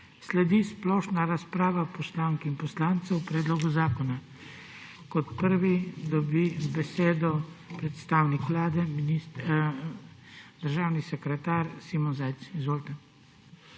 Sledi splošna razprava poslank in poslancev o predlogu zakona. Kot prvi dobi besedo predstavnik Vlade, državni sekretar Simon Zajc. Izvolite.